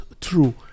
true